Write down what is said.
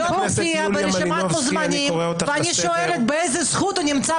הוא לא מופיע ברשימת המוזמנים ואני שואלת בזכות מה הוא נמצא